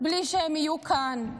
בלי שהם יהיו כאן.